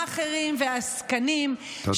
מאכערים ועסקנים, תודה רבה.